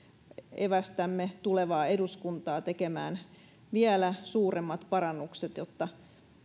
evästämme tulevaa eduskuntaa tekemään vielä suuremmat parannukset jotta